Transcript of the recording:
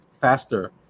faster